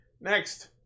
Next